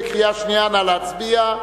חברי, נא להצביע.